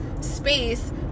space